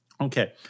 Okay